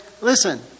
listen